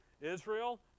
Israel